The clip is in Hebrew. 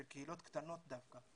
של קהילות קטנות דווקא,